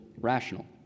rational